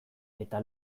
eta